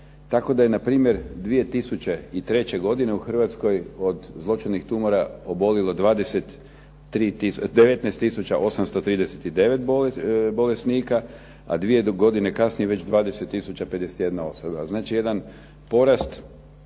tako da je na primjer 2003. godine u Hrvatskoj od zloćudnih tumora obolilo 19 tisuća 839 bolesnika a 2 godine kasnije 20 tisuća 51 osoba, znači jedan porast